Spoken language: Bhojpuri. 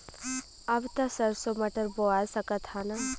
अब त सरसो मटर बोआय सकत ह न?